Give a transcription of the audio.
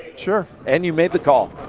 sure. and you made the call.